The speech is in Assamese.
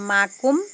মাকোম